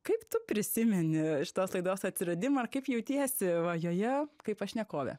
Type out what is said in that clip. kaip tu prisimeni šitos laidos atsiradimą ir kaip jautiesi joje kaip pašnekovė